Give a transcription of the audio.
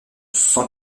cent